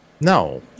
No